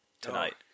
tonight